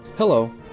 Hello